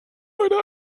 einer